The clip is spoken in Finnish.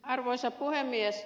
arvoisa puhemies